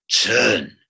turn